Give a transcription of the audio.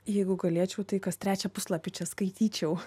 jeigu galėčiau tai kas trečią puslapį čia skaityčiau